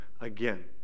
again